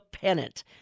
pennant